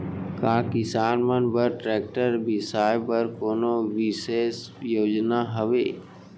का किसान मन बर ट्रैक्टर बिसाय बर कोनो बिशेष योजना हवे?